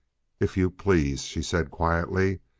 if you please, she said quietly,